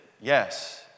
yes